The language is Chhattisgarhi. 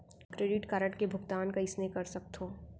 क्रेडिट कारड के भुगतान कइसने कर सकथो?